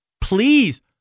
please